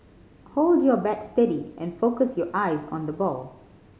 hold your bat steady and focus your eyes on the ball